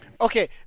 Okay